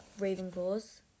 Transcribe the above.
Ravenclaw's